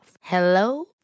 Hello